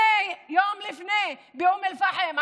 יום לפני זה באום אל פחם,